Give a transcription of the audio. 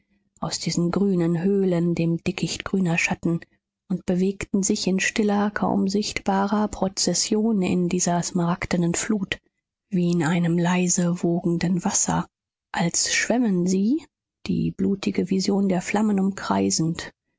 aus diesen grünen höhlen dem dickicht grüner schatten und bewegten sich in stiller kaum sichtbarer prozession in dieser smaragdenen flut wie in einem leise wogenden wasser als schwämmen sie die blutige vision der flammen umkreisend